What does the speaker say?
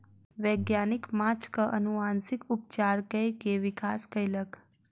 वैज्ञानिक माँछक अनुवांशिक उपचार कय के विकास कयलक